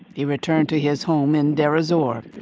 he returned to his home in deir ez-zor,